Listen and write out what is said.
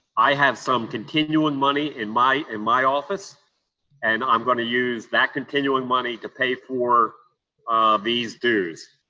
i have some continuum money in my in my office and i'm going to use that continuum money to pay for these dues.